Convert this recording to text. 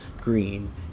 green